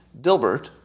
Dilbert